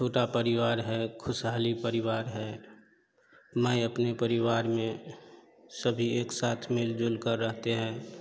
छोटा परिवार है खुशहाल परीवार है मैं अपने परिवार में सभी एक साथ मिलजुलकर रहते हैं